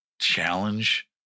challenge